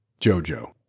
Jojo